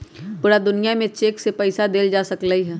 पूरा दुनिया में चेक से पईसा देल जा सकलई ह